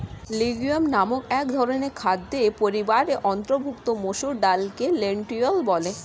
legume নামক একধরনের খাদ্য পরিবারের অন্তর্ভুক্ত মসুর ডালকে লেন্টিল বলে